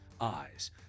eyes